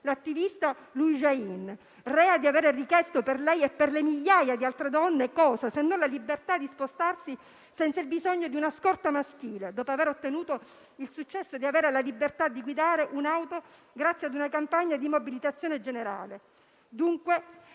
elettroshock, rea di aver richiesto per lei e per migliaia di altre donne la libertà di spostarsi senza il bisogno di una scorta maschile, dopo aver ottenuto il successo di avere la libertà di guidare un'auto grazie ad una campagna di mobilitazione generale. Dunque,